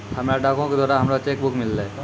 हमरा डाको के द्वारा हमरो चेक बुक मिललै